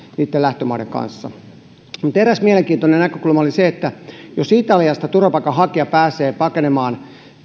niitten lähtömaiden kanssa mutta eräs mielenkiintoinen näkökulma oli se että jos italiasta turvapaikanhakija pääsee pakenemaan